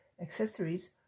accessories